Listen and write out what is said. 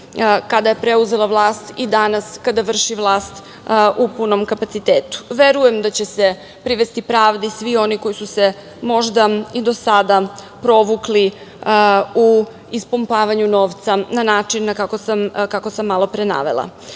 kada je preuzela vlast i danas kada vrši vlast u punom kapacitetu. Verujem da će se privesti pravdi svi oni koji su se možda i do sada provukli u ispumpavanju novca na način kako sam malo pre navela. Uvek